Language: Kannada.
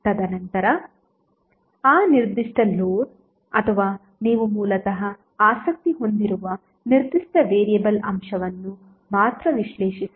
ತದನಂತರ ಆ ನಿರ್ದಿಷ್ಟ ಲೋಡ್ ಅಥವಾ ನೀವು ಮೂಲತಃ ಆಸಕ್ತಿ ಹೊಂದಿರುವ ನಿರ್ದಿಷ್ಟ ವೇರಿಯಬಲ್ ಅಂಶವನ್ನು ಮಾತ್ರ ವಿಶ್ಲೇಷಿಸಿ